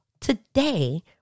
today